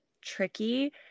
tricky